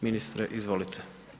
Ministre, izvolite.